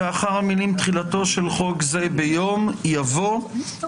לאחר המילים "תחילתו של חוק זה ביום" יבוא "שבע